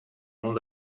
molt